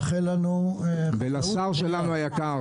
סגן שר החקלאות ופיתוח הכפר משה אבוטבול: ולשר היקר שלנו,